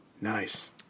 nice